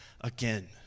again